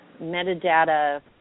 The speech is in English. metadata